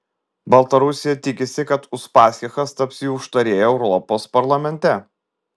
baltarusija tikisi kad uspaskichas taps jų užtarėju europos parlamente